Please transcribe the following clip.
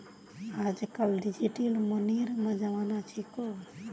आजकल डिजिटल मनीर जमाना छिको